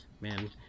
Man